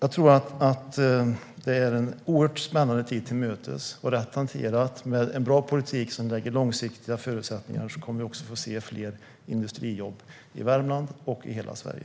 Vi går en spännande tid till mötes. Rätt hanterat, med en bra politik som skapar långsiktiga förutsättningar, kommer vi också att få se fler industrijobb i Värmland och i hela Sverige.